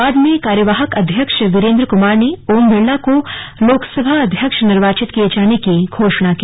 बाद में कार्यवाहक अध्यक्ष वीरेन्द्र कुमार ने ओम बिड़ला को लोकसभा अध्यक्ष निर्वाचित किए जाने की घोषणा की